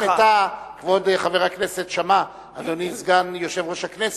כבוד חבר הכנסת שאמה, אדוני סגן יושב-ראש הכנסת,